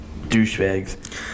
douchebags